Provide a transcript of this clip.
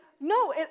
No